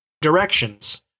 directions